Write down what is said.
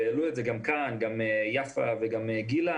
העלו את זה גם כאן, גם יפה וגם גילה.